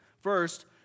First